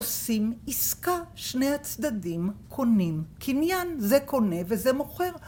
עושים עסקה, שני הצדדים קונים, קניין זה קונה וזה מוכר